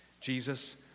Jesus